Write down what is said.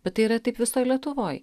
bet tai yra taip visoj lietuvoj